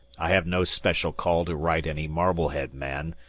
i have no special call to right any marblehead man,